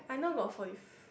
I now got forty f~